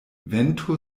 vento